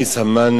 עליו השלום,